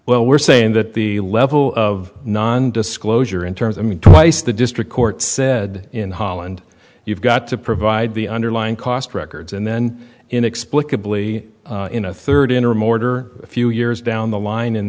well we're saying that the level of nondisclosure in terms i mean twice the district court said in holland you've got to provide the underlying cost records and then inexplicably in a third interim order a few years down the line